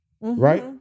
Right